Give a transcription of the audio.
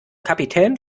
kapitän